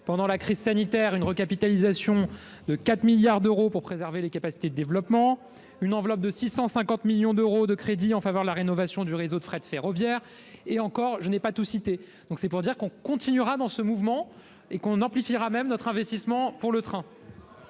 pendant la crise sanitaire, de 4 milliards d'euros pour préserver les capacités de développement ; une enveloppe de 650 millions d'euros de crédits en faveur de la rénovation du réseau de fret ferroviaire ; et encore, je n'ai pas tout cité ! Tout cela pour dire que nous continuerons dans ce mouvement et que nous amplifierons même notre investissement pour le train.